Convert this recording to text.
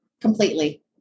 completely